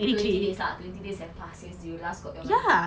twenty days lah twenty days have passed since you last got your money